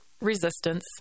resistance